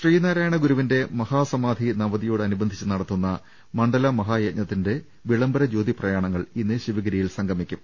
ശ്രീനാരായണ ഗുരുവിന്റെ മഹാസമാധി നവതിയോടനു ബന്ധിച്ച് നടത്തുന്ന മണ്ഡല മഹായജ്ഞത്തിന്റെ വിളംബര ജ്യോതി പ്രയാണങ്ങൾ ഇന്ന് ശിവഗിരിയിൽ സംഗമിക്കും